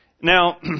Now